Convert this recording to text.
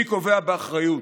אני קובע באחריות